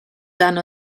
done